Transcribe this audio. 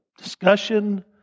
discussion